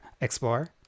explore